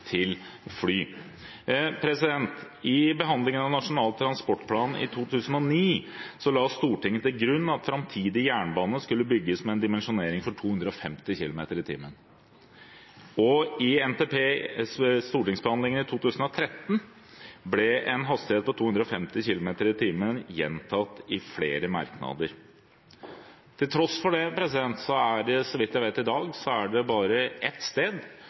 til fly. Ved behandlingen av Nasjonal transportplan i 2009 la Stortinget til grunn at framtidig jernbane skulle bygges med en dimensjonering for 250 km/t, og ved stortingsbehandlingen av NTP i 2013 ble en hastighet på 250 km/t gjentatt i flere merknader. Til tross for det er det i dag, så vidt jeg vet,